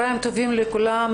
צוהריים טובים לכולם,